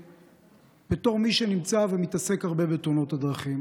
בתור מי שנמצא ומתעסק הרבה בתאונות הדרכים